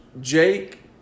Jake